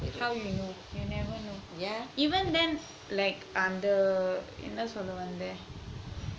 how you know you never know even then like அந்த என்ன சொல்ல வந்தேன்:antha enna solla vanthen